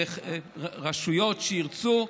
ורשויות שירצו,